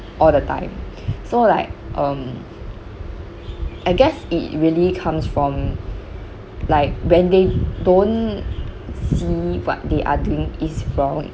all the time so like um I guess it really comes from like when they don't see what they are doing is wrong